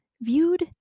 viewed